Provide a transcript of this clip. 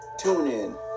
TuneIn